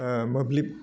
ओह मोब्लिब